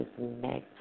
next